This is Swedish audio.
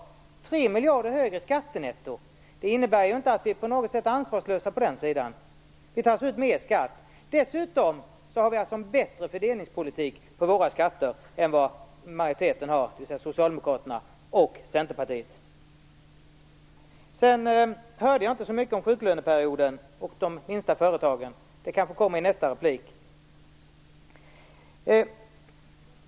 Ett 3 miljarder högre skattenetto innebär att vi inte på något sätt är ansvarslösa på det området. Vi tar alltså ut mera skatt. Vi har också en bättre fördelningspolitik för våra skatter än utskottsmajoriteten har, dvs. Socialdemokraterna och Centerpartiet. Jag hörde inte så mycket om sjuklöneperioden och de minsta företagen. Det kommer kanske i nästa replik.